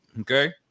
Okay